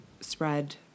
spread